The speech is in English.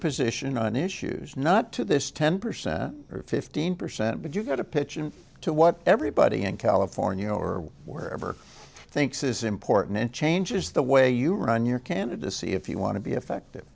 position on issues not to this ten percent or fifteen percent but you've got to pitch in to what everybody in california or wherever thinks is important it changes the way you run your candidacy if you want to be effect